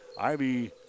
Ivy